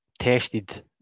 tested